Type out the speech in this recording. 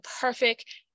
perfect